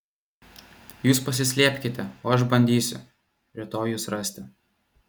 jūs pasislėpkite o aš bandysiu rytoj jus rasti